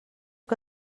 que